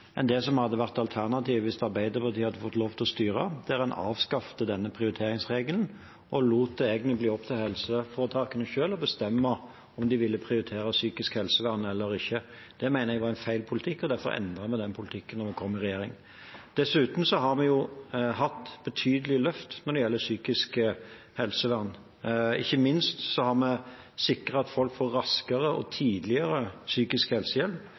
enn det som hadde vært alternativet hvis Arbeiderpartiet hadde fått lov til å styre, der man avskaffet denne prioriteringsregelen og egentlig lot det bli opp til helseforetakene selv å bestemme om de ville prioritere psykisk helsevern eller ikke. Det mener jeg var en feil politikk, og derfor endret vi den politikken da vi kom i regjering. Dessuten har vi hatt betydelige løft når det gjelder psykisk helsevern, ikke minst har vi sikret at folk får raskere og tidligere psykisk helsehjelp